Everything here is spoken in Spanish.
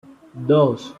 dos